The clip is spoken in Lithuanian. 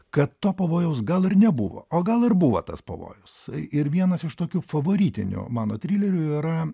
kad to pavojaus gal ir nebuvo o gal ir buvo tas pavojus ir vienas iš tokių favaritinių mano trilerių yra